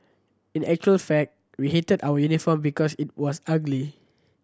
in actual fact we hated our uniform because it was ugly